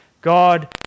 God